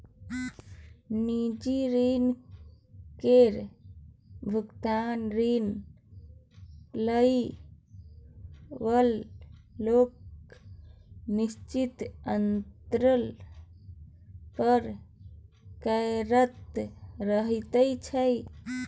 निजी ऋण केर भोगतान ऋण लए बला लोक निश्चित अंतराल पर करैत रहय छै